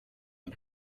and